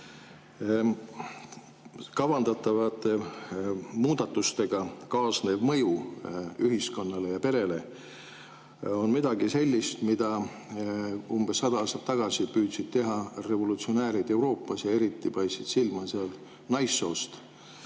Kavandatavate muudatustega kaasnev mõju ühiskonnale ja perele on midagi sellist, mida umbes sada aastat tagasi püüdsid teha revolutsionäärid Euroopas. Eriti paistsid seal silma naissoost